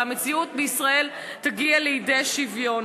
והמציאות בישראל תגיע לידי שוויון.